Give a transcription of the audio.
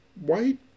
white